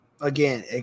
again